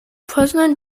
president